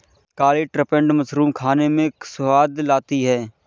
काली trumpet mushroom खाने में स्वाद लाती है